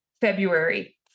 February